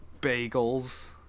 Bagels